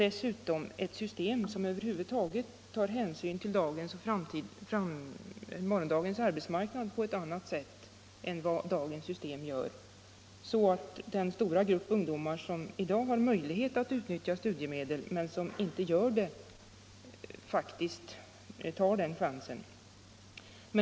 Dessutom bör vi få ett system som tar hänsyn till dagens och morgondagens arbetsmarknad på ett annat sätt än vad det nuvarande systemet gör, så att den stora grupp ungdomar som i dag har möjlighet att utnyttja studiemedel men som inte gör det tar den chansen.